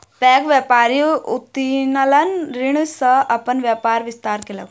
पैघ व्यापारी उत्तोलन ऋण सॅ अपन व्यापारक विस्तार केलक